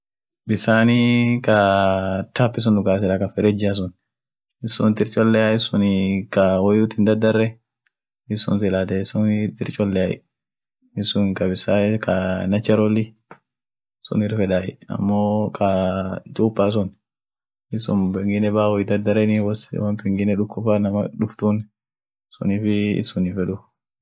Okokaan biriit jira, okokan luku woraat jira ka luku grediat jira, okokaan ka sololaat jira ka shimpireat jira, okokaan kaa baalgudaat jira, ka baalgudaat irgugurdaa, ka lukuat it aana, ka shimpirean lila charekoai. iskuun binees chachareko ak dibleafa suunen akokaan isan lila chareko amo okokaan ka lila gugurdaan ka baalgudaat